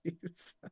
Jesus